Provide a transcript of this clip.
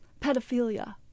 pedophilia